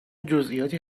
جزییاتی